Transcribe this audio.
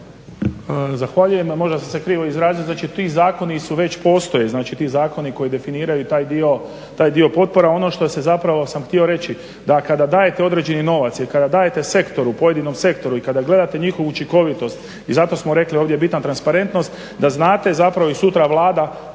Zahvaljujem. Možda sam se krivo izrazio. Znači, ti zakoni su već postoje, znači ti zakoni koji definiraju taj dio potpora. Ono što sam zapravo htio reći da kada dajete određeni novac i kada dajete sektoru, pojedinom sektoru i kada gledate njihovu učinkovitost i zato smo rekli ovdje je bitna transparentnost da znate zapravo i sutra Vlada